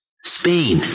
Spain